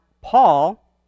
Paul